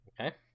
Okay